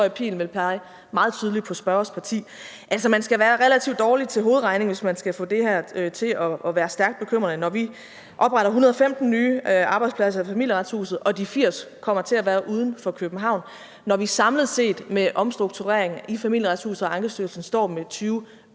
pege meget tydeligt på spørgerens parti. Altså, man skal være relativt dårlig til hovedregning, hvis man skal få det her til at være stærkt bekymrende, når vi opretter 115 nye arbejdspladser i Familieretshuset og de 80 kommer til at være uden for København. Når vi samlet set med omstruktureringen i Familieretshuset og Ankestyrelsen står med